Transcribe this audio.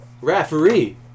referee